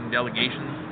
delegations